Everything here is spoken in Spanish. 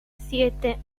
siete